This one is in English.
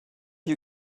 you